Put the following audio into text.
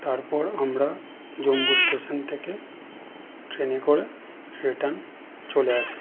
তারপর আমরা জম্মু স্টেশন থেকে ট্রেনে করে রিটার্ন চলে আসি